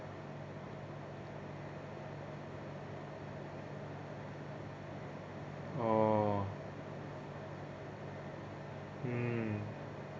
oh mm